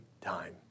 time